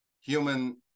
human